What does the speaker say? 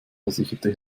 versicherte